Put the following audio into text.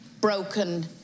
broken